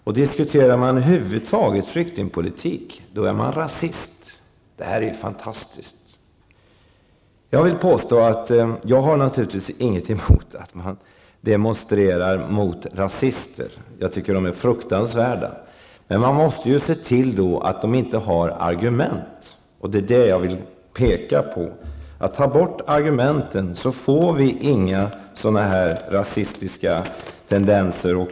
Och diskuterar man över huvud taget flyktingpolitik, då är man rasist. Detta är ju fantastiskt. Jag har naturligtvis ingenting emot att folk demonstrerar mot rasister, jag tycker att de är fruktansvärda. Men man måste ju då se till att de inte har argument; det är det jag vill peka på. Ta bort argumenten, så får vi inga sådana här rasistiska tendenser!